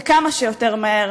וכמה שיותר מהר,